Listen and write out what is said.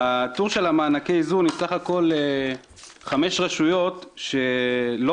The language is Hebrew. בטור של מענקי האיזון יש חמש רשויות שלא